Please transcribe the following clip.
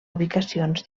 ubicacions